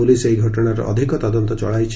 police ଏହି ଘଟଣାର ଅଧିକ ତଦନ୍ତ ଚଳାଇଛି